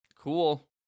cool